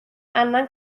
angen